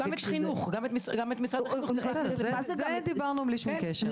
גם את משרד החינוך, על זה דיברנו בלי שום קשר.